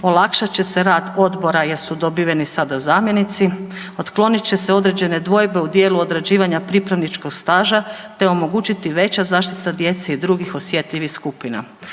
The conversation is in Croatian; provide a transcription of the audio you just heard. olakšat će se rad odbora jer su dobiveni sada zamjenici, otklonit će se određene dvojbe u dijelu odrađivanja pripravničkog staža te omogućit veća zaštita djeca i drugih osjetljivih skupina.